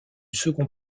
second